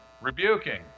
rebuking